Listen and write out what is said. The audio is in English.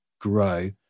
grow